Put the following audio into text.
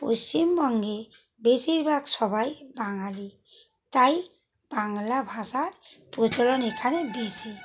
পশ্চিমবঙ্গে বেশিরভাগ সবাই বাঙালী তাই বাংলা ভাষার প্রচলন এখানে বেশি